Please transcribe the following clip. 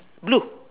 blue